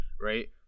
right